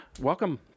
welcome